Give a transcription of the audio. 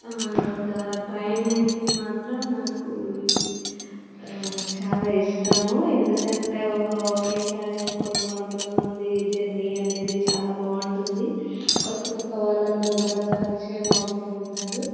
ఒక ట్రైన్ అయితే మాత్రం నాకు చాలా ఇష్టము ఎందుకంటే ఒక ఒకేసారి కొన్ని వందల మంది జర్నీ అనేది చాలా బాగుంటుంది కొత్త కొత్త వాళ్ళందరూ కూడా పరిచయం అవుతూ ఉంటారు